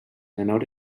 menor